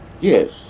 Yes